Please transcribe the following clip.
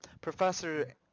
professor